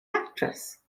actress